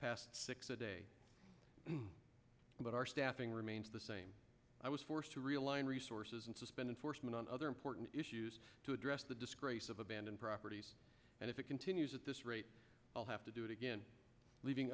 past six a day but our staffing remains the same i was forced to realign resources and suspended forstmann on other important issues to address the disgrace of abandoned properties and if it continues at this rate i'll have to do it again leaving